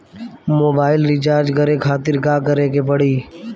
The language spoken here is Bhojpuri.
मोबाइल रीचार्ज करे खातिर का करे के पड़ी?